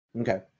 Okay